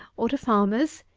or to farmers,